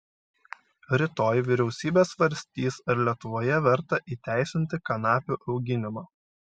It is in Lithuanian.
rytoj vyriausybė svarstys ar lietuvoje verta įteisinti kanapių auginimą